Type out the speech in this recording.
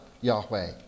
Yahweh